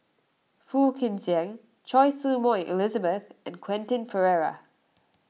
Phua Kin Siang Choy Su Moi Elizabeth and Quentin Pereira